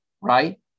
Right